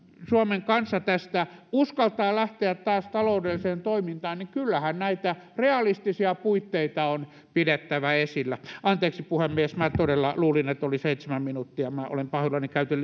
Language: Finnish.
suomen kansa tästä uskaltaa lähteä taas taloudelliseen toimintaan niin kyllähän näitä realistisia puitteita on pidettävä esillä anteeksi puhemies minä todella luulin että oli seitsemän minuuttia minä olen pahoillani että käytin